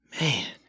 man